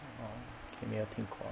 orh okay 没有听过